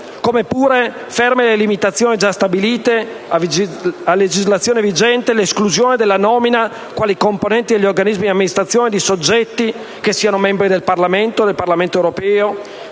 restano ferme le limitazioni già stabilite a legislazione vigente, come l'esclusione della nomina in quanto componenti degli organismi di amministrazione, di soggetti che siano membri del Parlamento, del Parlamento europeo,